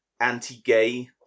anti-gay